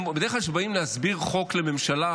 בדרך כלל שבאים להסביר חוק לממשלה,